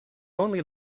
only